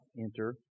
enter